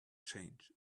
change